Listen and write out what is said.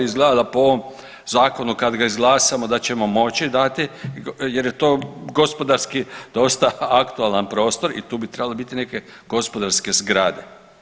Izgleda da po ovom zakonu kad ga izglasamo da ćemo moći dati jer je to gospodarski dosta aktualan prostor i tu bi trebale biti neke gospodarske zgrade.